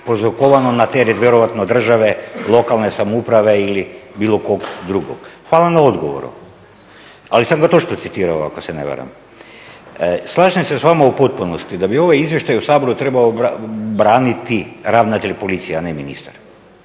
prouzrokovanoj na teret vjerojatno države, lokalne samouprave ili bilo kog drugog. Hvala na odgovoru ali sam …/Govornik se ne razumije./… ako se ne varam. Slažem se s vama u potpunosti da bi ovaj izvještaj u Saboru trebao braniti ravnatelj policije a ne ministar,